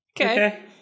Okay